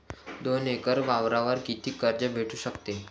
दोन एकर वावरावर कितीक कर्ज भेटू शकते?